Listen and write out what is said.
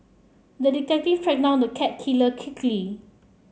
the detective tracked down the cat killer quickly